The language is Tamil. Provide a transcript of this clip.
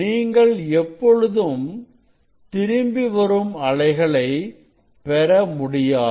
நீங்கள் எப்பொழுதும் திரும்பிவரும் அலைகளை பெறமுடியாது